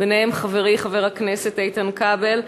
ביניהם חברי חבר הכנסת איתן כבל,